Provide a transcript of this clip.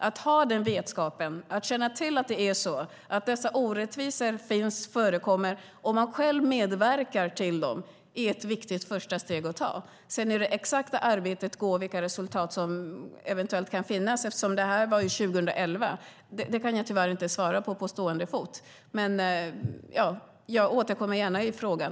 Att ha den vetskapen, att känna till att dessa orättvisor förekommer och att man själv medverkar till dem är ett viktigt första steg att ta. Sedan hur det exakta arbetet går till och vilka resultat som eventuellt kan finnas, eftersom det här var 2011, kan jag tyvärr inte på stående fot svara på. Men jag återkommer gärna i frågan.